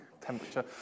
temperature